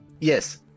Yes